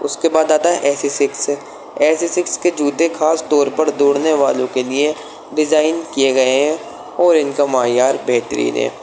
اس کے بعد آتا ہے ایسیسکس ایسیسکس کے جوتے خاص طور پر دوڑنے والوں کے لیے ڈیزائن کیے گئے ہیں اور ان کا معیار بہترین ہے